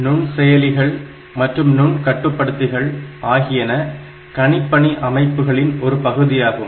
நுண்செயலிகள் மற்றும் நுண்கட்டுப்படுத்திகள் ஆகியன கணிப்பணி அமைப்புகளின் ஒரு பகுதியாகும்